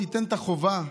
תיתן את החובה,